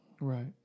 Right